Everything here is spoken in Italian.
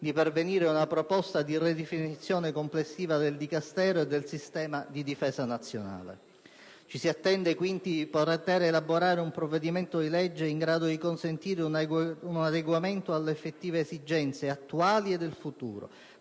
di pervenire ad una proposta di ridefinizione complessiva del Dicastero e del sistema di difesa nazionale. Ci si attende, quindi, di poter elaborare un provvedimento di legge in grado di consentire un adeguamento alle effettive esigenze attuali e del futuro,